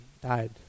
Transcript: died